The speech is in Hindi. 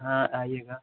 हाँ आइएगा